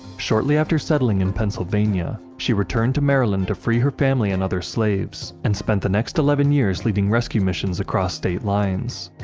shortly after settling in pennsylvania, she returned to maryland to free her family and other slaves, and spent the next eleven years leading rescue missions across state lines.